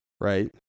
right